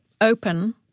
open